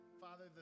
Father